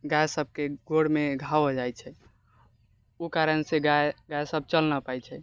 गाय सबकेँ गोरमे घाव हो जाइत छै ओ कारणसँ गाय सब चल नहि पाइ छै